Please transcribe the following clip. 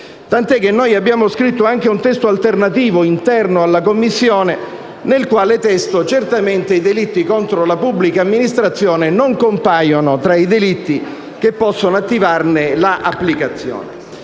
tant'è che noi abbiamo scritto un testo alternativo, interno alla Commissione, nel quale certamente i delitti contro la pubblica amministrazione non compaiono tra i delitti che possono attivarne l'applicazione.